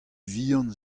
vihan